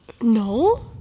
no